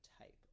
type